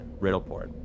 Riddleport